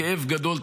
בכאב גדול,